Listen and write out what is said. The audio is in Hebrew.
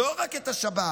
לא רק את השבת,